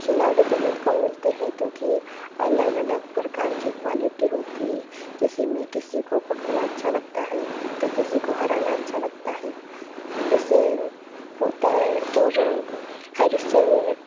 खिलाड़ी तो बहुत कम मिलते हैं क्योंकि अलग अलग प्रकार के क्वालिटी होती है किसी में किसी को पकड़ना अच्छा लगता है तो किसी को हराना अच्छा लगता है ऐसे होता है और हर हर हिस्से में